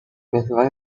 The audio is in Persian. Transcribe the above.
محور